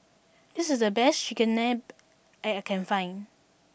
this is the best Chigenabe that I can find